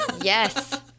Yes